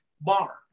bar